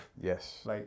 Yes